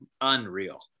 unreal